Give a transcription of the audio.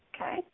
okay